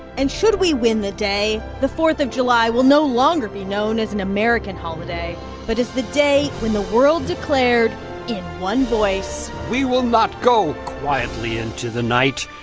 and should we win the day, the fourth of july will no longer be known as an american holiday but as the day when the world declared in one voice. we will not go quietly into the night.